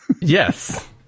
Yes